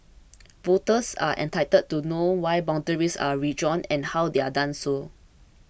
voters are entitled to know why boundaries are redrawn and how they are done so